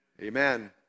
Amen